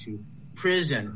to prison